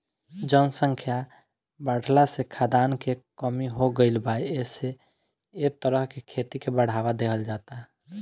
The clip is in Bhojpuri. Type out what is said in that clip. जनसंख्या बाढ़ला से खाद्यान के कमी हो गईल बा एसे एह तरह के खेती के बढ़ावा देहल जाता